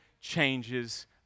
changes